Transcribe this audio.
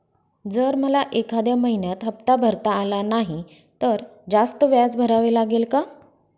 जर मला एखाद्या महिन्यात हफ्ता भरता आला नाही तर जास्त व्याज भरावे लागेल का?